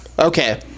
Okay